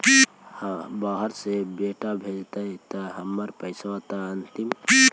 बाहर से बेटा भेजतय त हमर पैसाबा त अंतिम?